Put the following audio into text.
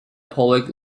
public